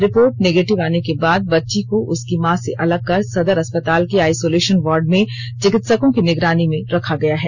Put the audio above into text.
report negative आने के बाद बच्ची को उसकी मां से अलग कर सदर अस्पताल के आइसोलेशन वार्ड में चिकित्सकों की निगरानी में रखा गया है